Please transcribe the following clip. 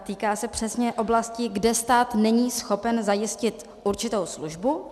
Týká se přesně oblasti, kde stát není schopen zajistit určitou službu.